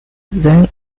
then